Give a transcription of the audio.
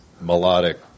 melodic